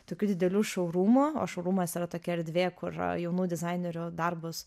tokių didelių šourūmų o šourūmas yra tokia erdvė kur jaunų dizainerių darbus